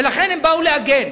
ולכן הם באו להגן.